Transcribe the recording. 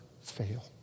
fail